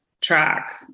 track